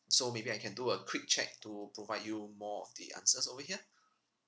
so maybe I can do a quick check to provide you more of the answers over here